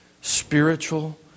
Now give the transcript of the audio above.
spiritual